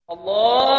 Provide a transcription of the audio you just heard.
Allah